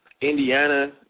Indiana